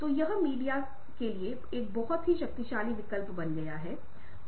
क्योंकि व्यापार में सफल होने के लिए किसी को व्यवसाय के विभिन्न पहलुओं अंतर को जानना होगा